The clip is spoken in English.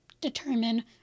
determine